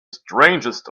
strangest